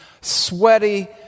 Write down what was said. sweaty